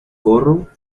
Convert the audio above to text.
corro